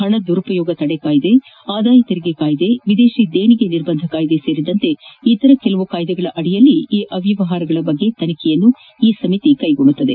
ಹಣ ದುರುಪಯೋಗ ತಡೆ ಕಾಯ್ದೆ ಆದಾಯ ತೆರಿಗೆ ಕಾಯ್ದೆ ವಿದೇಶಿ ದೇಣಿಗೆ ನಿರ್ಬಂಧ ಕಾಯ್ದೆ ಸೇರಿದಂತೆ ಇತರ ಕಾಯ್ದೆಗಳಡಿಯಲ್ಲಿ ಈ ಅವ್ಯವಹಾರದ ಕುರಿತು ತನಿಖೆಯನ್ನು ಈ ಸಮಿತಿ ನಡೆಸಲಿದೆ